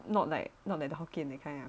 not like not that the hokkien that kind ah